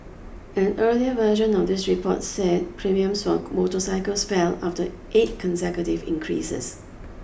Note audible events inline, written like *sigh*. an earlier version of this report said premiums for *unintelligible* motorcycles fell after eight consecutive increases